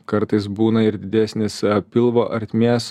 kartais būna ir didesnis pilvo ertmės